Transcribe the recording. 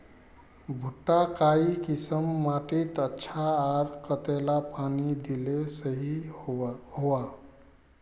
भुट्टा काई किसम माटित अच्छा, आर कतेला पानी दिले सही होवा?